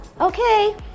Okay